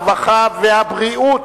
הרווחה והבריאות